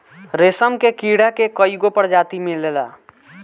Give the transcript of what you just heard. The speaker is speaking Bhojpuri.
रेशम के कीड़ा के कईगो प्रजाति मिलेला